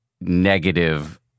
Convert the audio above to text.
negative